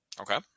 Okay